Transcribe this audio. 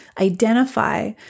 identify